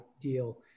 deal